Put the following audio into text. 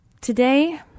Today